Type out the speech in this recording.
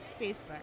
Facebook